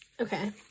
Okay